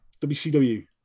WCW